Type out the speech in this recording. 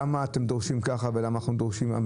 למה אתם דורשים כך ולמה אנחנו דורשים אחרת.